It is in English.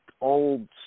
old